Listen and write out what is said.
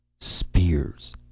Spears